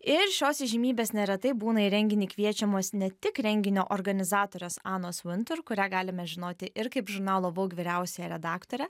ir šios įžymybės neretai būna į renginį kviečiamos ne tik renginio organizatorės anos vintur kurią galime žinoti ir kaip žurnalo vaug vyriausiąja redaktorę